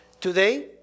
Today